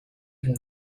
even